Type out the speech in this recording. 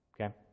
Okay